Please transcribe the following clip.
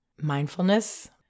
mindfulness